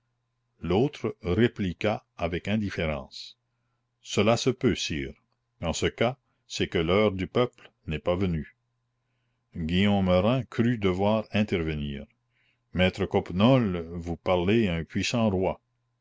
l'autre répliqua avec indifférence cela se peut sire en ce cas c'est que l'heure du peuple n'est pas venue guillaume rym crut devoir intervenir maître coppenole vous parlez à un puissant roi